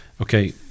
Okay